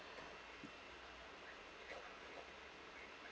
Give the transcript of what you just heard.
up